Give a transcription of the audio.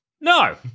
No